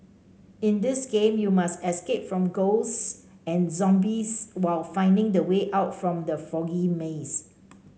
in this game you must escape from ghosts and zombies while finding the way out from the foggy maze